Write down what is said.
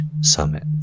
summit